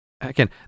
again